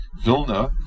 Vilna